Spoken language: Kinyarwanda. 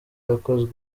yakozwe